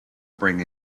bring